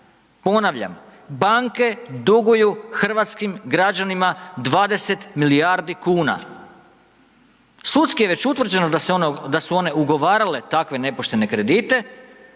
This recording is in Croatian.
ponavljam, banke duguju hrvatskim građanima 20 milijardi kuna. Sudski je već utvrđeno da su one ugovarale takve nepoštene kredite,